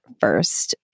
first